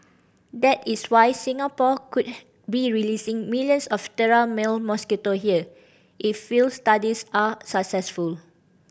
that is why Singapore could be releasing millions of sterile male mosquito here if field studies are successful